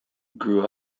grew